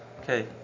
Okay